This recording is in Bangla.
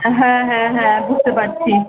হ্যাঁ হ্যাঁ হ্যাঁ বুঝতে পারছি